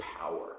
power